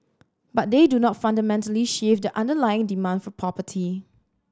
but they do not fundamentally shift the underlying demand for property